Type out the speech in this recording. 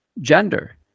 gender